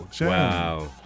Wow